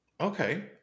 Okay